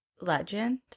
legend